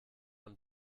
und